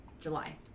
July